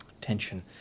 tension